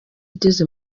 igeze